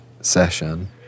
session